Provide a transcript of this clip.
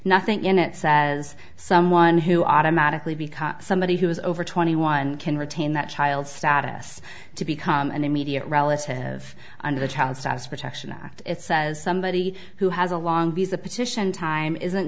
nothing in it says someone who automatically become somebody who is over twenty one can retain that child status to become an immediate relative under the child protection act it says somebody who has a long visa petition time isn't